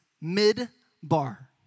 mid-bar